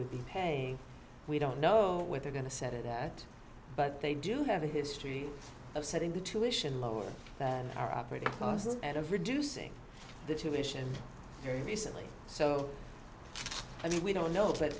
would be paying we don't know where they're going to set it at but they do have a history of setting the tuition lower than our operating costs and of reducing the tuition very recently so i mean we don't know